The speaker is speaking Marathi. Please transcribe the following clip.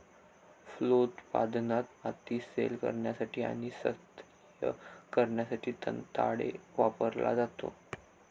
फलोत्पादनात, माती सैल करण्यासाठी आणि स्तरीय करण्यासाठी दंताळे वापरला जातो